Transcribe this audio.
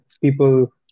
people